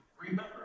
Remember